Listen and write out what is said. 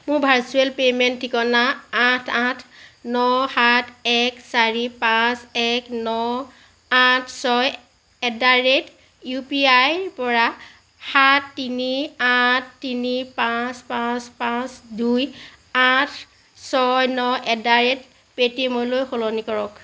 মোৰ virtual payment ঠিকনা আঠ আঠ ন সাত এক চাৰি পাঁচ এক ন আঠ ছয় এট দ্য় ৰেট ইউপিআইৰ পৰা সাত তিনি আঠ তিনি পাঁচ পাঁচ পাঁচ দুই আঠ ছয় ন এট দ্য় ৰেট পে'টিএমলৈ সলনি কৰক